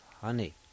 honey